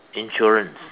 insurance